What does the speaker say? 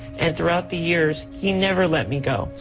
and throughout the years, he never let me go.